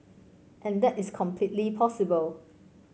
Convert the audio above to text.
and that is completely possible